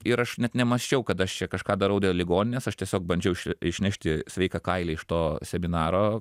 ir aš net nemąsčiau kad aš čia kažką darau dėl ligoninės aš tiesiog bandžiau išnešti sveiką kailį iš to seminaro